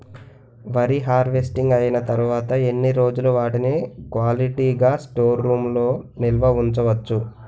వరి హార్వెస్టింగ్ అయినా తరువత ఎన్ని రోజులు వాటిని క్వాలిటీ గ స్టోర్ రూమ్ లొ నిల్వ ఉంచ వచ్చు?